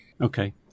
Okay